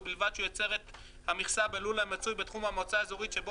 ובלבד שהוא ייצר את המכסה בלול המצוי בתחום המועצה האזורית שבה